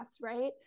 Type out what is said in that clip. right